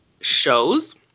shows